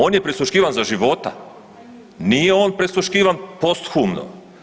On je prisluškivan za života, nije on prisluškivan posthumno.